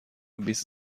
بیست